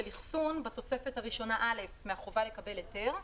אחסון בתוספת הראשונה א' מהחובה לקבל היתר,